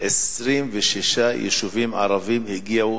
26 יישובים ערביים הגיעו